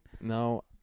No